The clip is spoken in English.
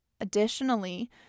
Additionally